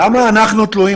למה אנחנו תלויים